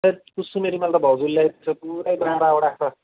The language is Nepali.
हैट कुसुमे रुमाल त भाउजूले ल्याइदिन्छ पुरै बाह्रवटा छ